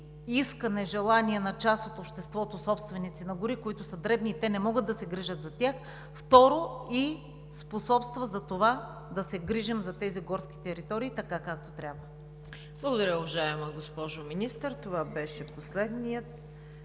искане, желания на част от обществото собственици на гори, които са дребни и те не могат да се грижат за тях. Второ, способства за това, да се грижим за тези горски територии, така както трябва. ПРЕДСЕДАТЕЛ ЦВЕТА КАРАЯНЧЕВА: Благодаря, уважаема госпожо Министър. Това беше последният